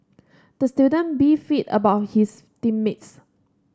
the student beefed about his team mates